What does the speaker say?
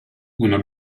una